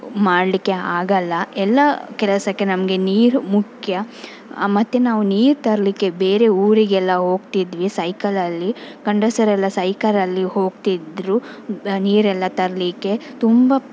ಮಾಡಲಿಕ್ಕೆ ಆಗಲ್ಲ ಎಲ್ಲ ಕೆಲಸಕ್ಕೆ ನಮಗೆ ನೀರು ಮುಖ್ಯ ಮತ್ತು ನಾವು ನೀರು ತರಲಿಕ್ಕೆ ಬೇರೆ ಊರಿಗೆಲ್ಲ ಹೋಗ್ತಿದ್ವಿ ಸೈಕಲಲ್ಲಿ ಗಂಡಸರೆಲ್ಲ ಸೈಕಲಲ್ಲಿ ಹೋಗ್ತಿದ್ರು ನೀರೆಲ್ಲ ತರಲಿಕ್ಕೆ ತುಂಬ